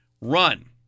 run